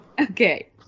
Okay